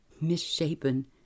misshapen